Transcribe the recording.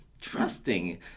trusting